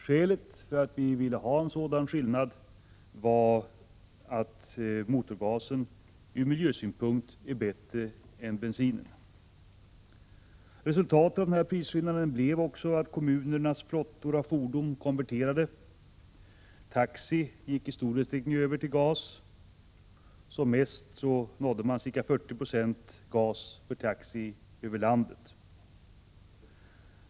Skälet till att vi ville ha en sådan skillnad var att motorgasen ur miljösynpunkt är bättre än bensinen. Resultatet av denna prisskillnad blev att kommunernas flottor av fordon konverterade. Taxi gick i stor utsträckning över till gas. Som mest använde ca 40 96 av taxifordonen i landet gas.